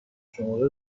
شماره